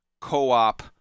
co-op